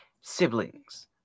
Siblings